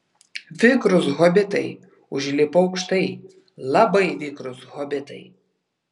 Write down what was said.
vikrūs hobitai užlipo aukštai labai vikrūs hobitai